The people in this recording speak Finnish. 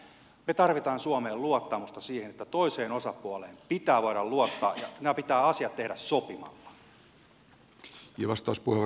me tarvitsemme suomeen luottamusta siihen että toiseen osapuoleen pitää voida luottaa ja nämä asiat pitää tehdä sopimalla